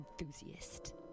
Enthusiast